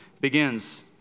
begins